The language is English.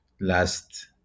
last